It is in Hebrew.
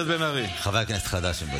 הגב' בן ארי, האוליגרך מבת ים.